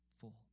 full